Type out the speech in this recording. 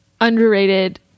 underrated